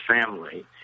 family